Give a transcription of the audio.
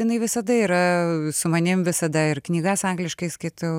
jinai visada yra su manim visada ir knygas angliškai skaitau